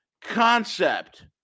concept